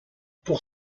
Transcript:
pour